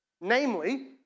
Namely